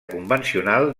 convencional